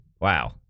Wow